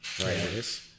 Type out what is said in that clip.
Right